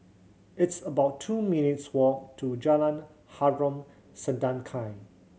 it's about two minutes' walk to Jalan Harom Setangkai